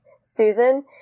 susan